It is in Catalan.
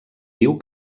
diu